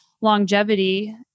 longevity